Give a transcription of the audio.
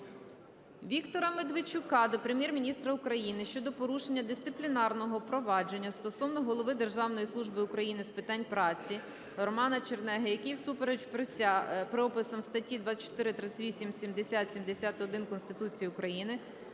Віктора Медведчука до Прем'єр-міністра України щодо порушення дисциплінарного провадження стосовно Голови Державної служби України з питань праці Романа Чернеги, який, всупереч приписам статей 24, 38, 70, 71 Конституції України,